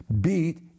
beat